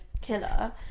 killer